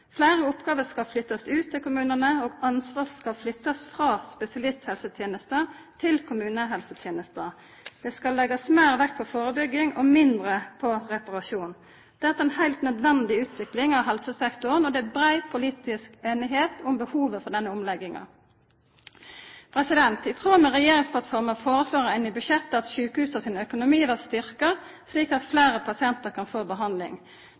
Fleire oppgåver skal flyttast ut til kommunane, og ansvar skal flyttast frå spesialisthelsetenesta til kommunehelsetenesta. Det skal leggjast meir vekt på førebygging og mindre på reparasjon. Dette er ei heilt nødvendig utvikling av helsesektoren, og det er brei politisk semje om behovet for denne omlegginga. I tråd med regjeringsplattforma foreslår ein i budsjettet at sjukehusa sin økonomi blir styrkt, slik at fleire pasientar kan få behandling.